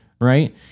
right